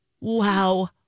wow